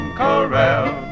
corral